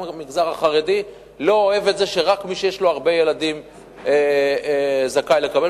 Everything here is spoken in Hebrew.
גם המגזר החרדי לא אוהב את זה שרק מי שיש לו הרבה ילדים זכאי לקבל,